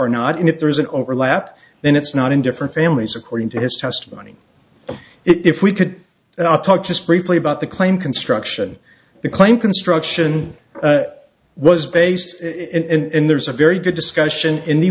or not and if there is an overlap then it's not in different families according to his testimony if we could talk just briefly about the claim construction the claim construction was based it and there's a very good discussion in the